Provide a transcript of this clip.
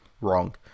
Wrong